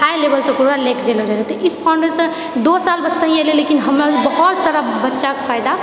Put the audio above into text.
high level तक ओकरा लेके चलि जाइत छै तऽ इस फाउन्डेशन दो साल से ही एलै हँ लेकिन हमर बहुत सारा बच्चाकेँ फायदा